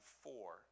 four